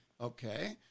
Okay